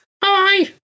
Bye